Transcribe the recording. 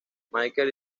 michael